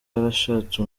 yarashatse